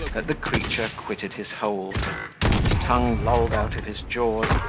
that the creature quitted his hold his tongue lolled out of his jaws,